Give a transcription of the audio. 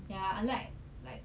ya unlike like